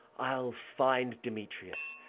i'll find demetrius,